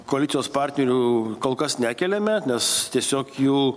koalicijos partnerių kol kas nekeliame nes tiesiog jų